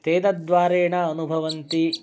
ते तद्द्वारेण अनुभवन्ति